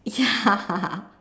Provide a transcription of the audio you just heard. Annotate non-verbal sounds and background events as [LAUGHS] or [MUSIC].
ya [LAUGHS]